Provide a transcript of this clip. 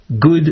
good